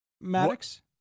Maddox